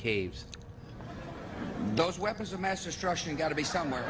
caves those weapons of mass destruction got to be somewhere